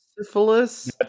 syphilis